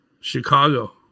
chicago